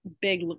big